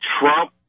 Trump